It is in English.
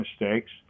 mistakes